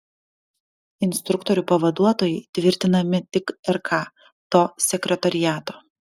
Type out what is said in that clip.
instruktorių pavaduotojai tvirtinami tik rk to sekretoriato